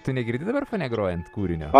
tu negirdi dabar fone grojant kūrinio